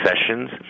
sessions